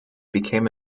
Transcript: became